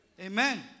Amen